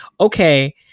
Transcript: okay